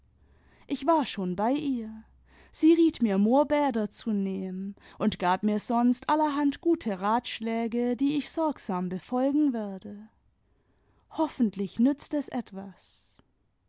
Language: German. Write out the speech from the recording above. ich war schon bei ihr sie riet mir moorbäder zu nehmen und gab mir sonst allerhand gute ratschläge die ich sorgsam befolgen werde hoffentlich nützt es etwas